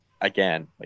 again